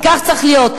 כי כך צריך להיות.